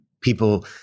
people